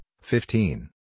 fifteen